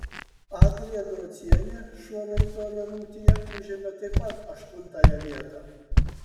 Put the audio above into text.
adrija grocienė šuolio į tolį rungtyje užėmė taip pat aštuntąją vietą